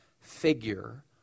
figure